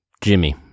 Jimmy